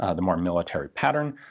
ah the more military pattern.